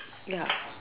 ya